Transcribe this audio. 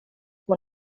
hon